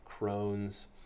Crohn's